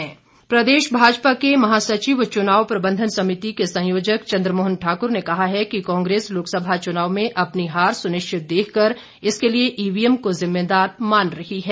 चंद्रमोहन प्रदेश भाजपा के महा सचिव व चुनाव प्रबंधन समिति के संयोजक चंद्रमोहन ठाकुर ने कहा है कि कांग्रेस लोकसभा चुनाव में अपनी हार सुनिश्चित देख कर इसके लिए ईवीएम को जिम्मेदार मान रही है